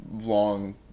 long